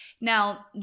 Now